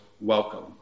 welcome